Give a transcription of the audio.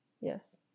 yes